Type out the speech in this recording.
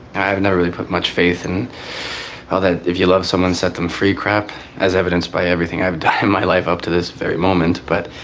i never really put much faith in ah that. if you love someone, set them free crap, as evidenced by everything i've done in my life up to this very moment. but